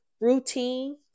routine